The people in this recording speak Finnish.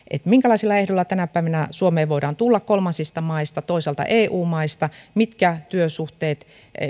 minkälaisilla ehdoilla tänä päivänä suomeen voidaan tulla kolmansista maista toisaalta eu maista mitkä työsuhteet